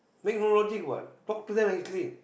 make no logic what talk to them nicely